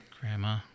Grandma